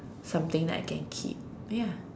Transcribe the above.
something that I can keep ya